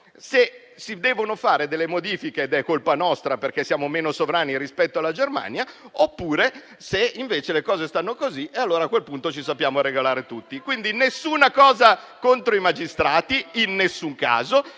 se si devono fare delle modifiche ed è colpa nostra perché siamo meno sovrani rispetto alla Germania oppure se invece le cose stanno così, e allora, a quel punto ci sappiamo regolare tutti. Quindi nessuna cosa contro i magistrati, in nessun caso.